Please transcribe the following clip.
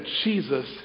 Jesus